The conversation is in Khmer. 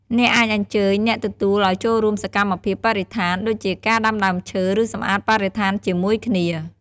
អ្នកអាចអញ្ជើញអ្នកទទួលឲ្យចូលរួមសកម្មភាពបរិស្ថាន ដូចជាការដាំដើមឈើ ឬសម្អាតបរិស្ថានជាមួយគ្នា។